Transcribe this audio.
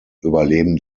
überleben